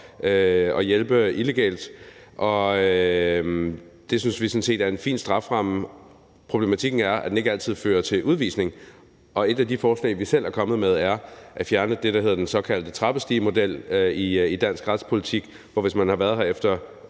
udlændinge, og det synes vi sådan set er en fin strafferamme. Problematikken er, at den ikke altid fører til udvisning, og et af de forslag, vi selv er kommet med, er at fjerne den såkaldte trappestigemodel i dansk retspolitik. Det er jo sådan i dag, at hvis nogen